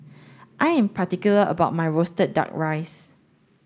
I am particular about my roasted duck rice